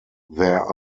there